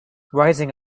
rising